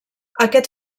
aquest